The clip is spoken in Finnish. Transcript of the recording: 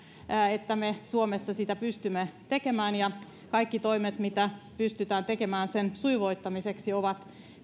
että me suomessa sitä pystymme tekemään ja kaikki toimet mitä pystytään tekemään sen sujuvoittamiseksi ovat